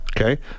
Okay